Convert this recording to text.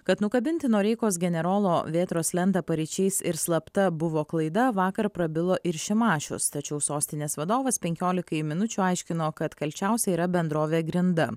kad nukabinti noreikos generolo vėtros lentą paryčiais ir slapta buvo klaida vakar prabilo ir šimašius tačiau sostinės vadovas penkiolikai minučių aiškino kad kalčiausia yra bendrovė grinda